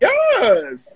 Yes